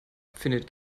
findet